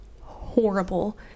horrible